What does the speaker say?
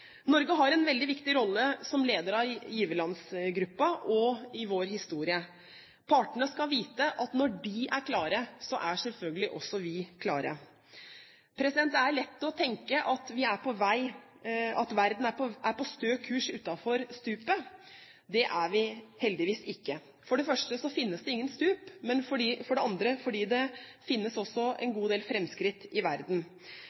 Norge har en veldig viktig rolle som leder av giverlandsgruppen og i vår historie. Partene skal vite at når de er klare, er selvfølgelig også vi klare. Det er lett å tenke at verden er på stø kurs på vei utenfor stupet. Det er vi heldigvis ikke. For det første finnes det ingen stup, og for det andre finnes det også en god del framskritt i verden.